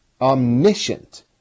omniscient